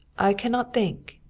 i cannot think.